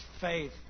faith